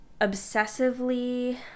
obsessively